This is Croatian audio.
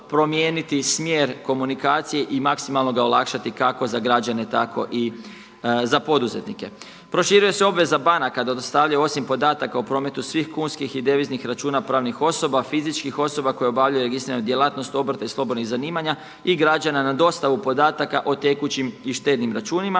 promijeniti smjer komunikacije i maksimalno ga olakšati kako za građane tako i za poduzetnike. Proširuje se obveza banaka da dostavljaju osim podataka o prometu svih kunskih i deviznih računa pravnih osoba, fizičkih osoba koje obavljaju registriranu djelatnost obrta i slobodnih zanimanja, i građana na dostavu podataka o tekućim i štednim računima.